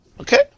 Okay